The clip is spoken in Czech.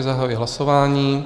Zahajuji hlasování.